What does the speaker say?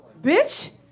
Bitch